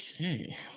Okay